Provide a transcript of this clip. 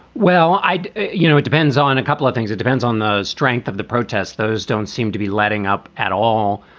well, i you know, it depends on a couple of things. it depends on the strength of the protests. those don't seem to be letting up at all.